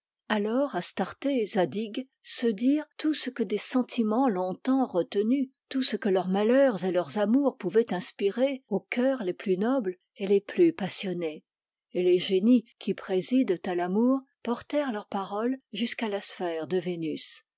alors astarté et zadig se dirent tout ce que des sentiments long-temps retenus tout ce que leurs malheurs et leurs amours pouvaient inspirer aux coeurs les plus nobles et les plus passionnés et les génies qui président à l'amour portèrent leurs paroles jusqu'à la sphère de vénus